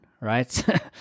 right